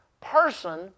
person